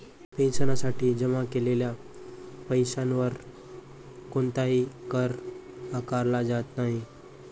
पेन्शनसाठी जमा केलेल्या पैशावर कोणताही कर आकारला जात नाही